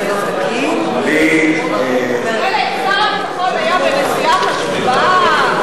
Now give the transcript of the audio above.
מילא אם שר הביטחון היה בנסיעה חשובה,